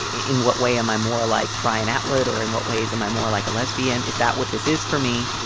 ah in what way am i more like ryan atwood, or in what ways am i more like a lesbian? is that what this is for me?